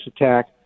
attack